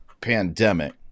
pandemic